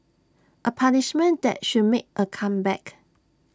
A punishment that should make A comeback